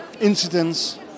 incidents